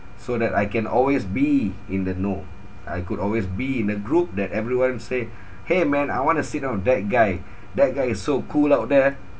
so that I can always be in the know I could always be in a group that everyone say !hey! man I want to sit down with that guy that guy is so cool out there